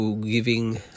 giving